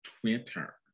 Twitter